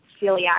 celiac